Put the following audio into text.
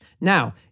Now